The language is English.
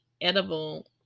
edible